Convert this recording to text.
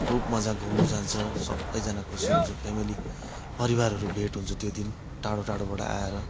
खुब मजा घुम्नु जान्छ सबैजना खुसी हुन्छ फेमिली परिवारहरू भेट हुन्छ त्यो दिन टाढो टाढोबाट आएर